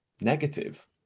negative